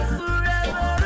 forever